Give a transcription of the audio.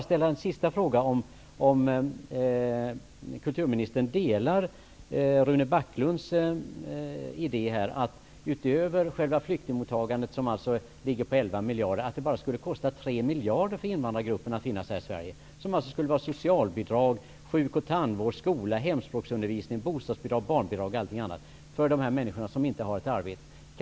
Delar kulturministern Rune Backlunds idé om att det utöver själva flyktingmottagandet på 11 miljarder kronor skulle kosta bara 3 miljarder kronor för invandrargrupperna att finnas här i Sverige? Det skulle vara fråga om socialbidrag, sjuk och tandvård, skola, hemspråksundervisning, bostadsbidrag, barnbidrag osv. till dessa människor som inte har arbete.